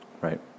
right